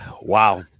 Wow